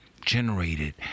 generated